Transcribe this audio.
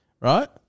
Right